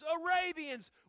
Arabians